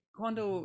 quando